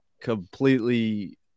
completely